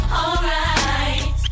alright